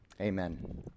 amen